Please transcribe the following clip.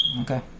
Okay